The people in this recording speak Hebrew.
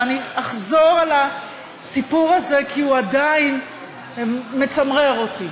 ואני אחזור על הסיפור הזה כי הוא עדיין מצמרר אותי,